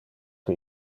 que